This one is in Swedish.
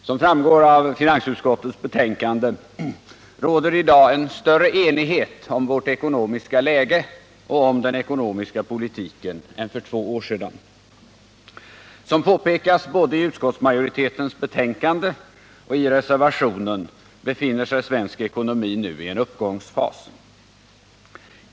Herr talman! Som framgår av finansutskottets betänkande råder i dag en större enighet om vårt ekonomiska läge och om den ekonomiska politiken än för två år sedan. Som påpekas, både i utskottsmajoritetens betänkande och i reservationen, befinner sig svensk ekonomi nu i en uppgångsfas.